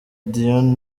dion